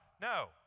No